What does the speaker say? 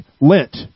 Lent